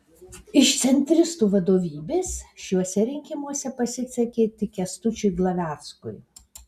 iš centristų vadovybės šiuose rinkimuose pasisekė tik kęstučiui glaveckui